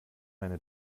meine